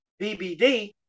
BBD